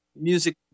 music